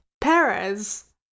Perez